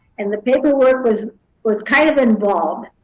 and the paperwork was was kind of involved,